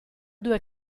due